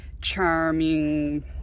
charming